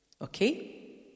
Okay